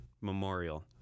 memorial